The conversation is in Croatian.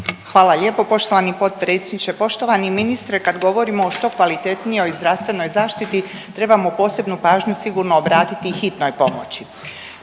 Hvala lijepo poštovani potpredsjedniče. Poštovani ministre kad govorimo o što kvalitetnijoj zdravstvenoj zaštiti trebamo posebnu pažnju sigurno obratiti hitnoj pomoći.